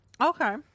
Okay